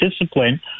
discipline